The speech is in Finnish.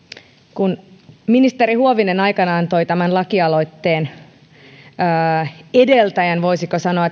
kun ministeri huovinen aikanaan toi tämän lakialoitteen voisiko sanoa